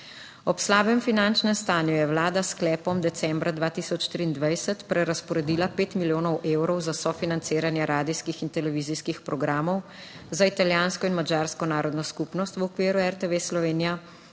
Ob slabem finančnem stanju je Vlada s sklepom decembra 2023 prerazporedila pet milijonov evrov za sofinanciranje radijskih in televizijskih programov za italijansko in madžarsko narodno skupnost v okviru RTV Slovenija,